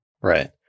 Right